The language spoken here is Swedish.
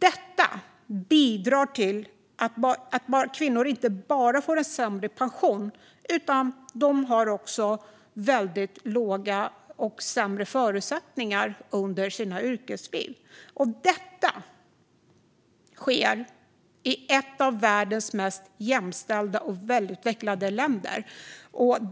Detta bidrar till att kvinnor inte bara får sämre pension utan också har sämre - och väldigt dåliga - förutsättningar under sina yrkesliv. Det sker i ett av världens mest jämställda och välutvecklade länder.